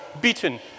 beaten